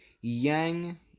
Yang